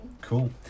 cool